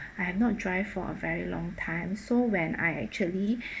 I have not drive for a very long time so when I actually